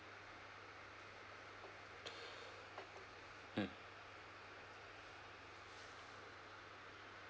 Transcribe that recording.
mm